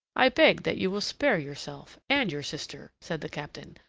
i beg that you will spare yourself and your sister, said the captain,